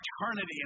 eternity